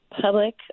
Public